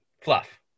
fluff